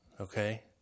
Okay